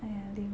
!aiya! lame